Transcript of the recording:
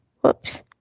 Whoops